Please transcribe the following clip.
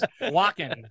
walking